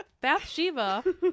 Bathsheba